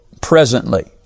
presently